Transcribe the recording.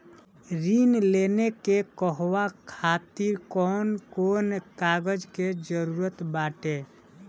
ऋण लेने के कहवा खातिर कौन कोन कागज के जररूत बाटे?